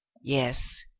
yes,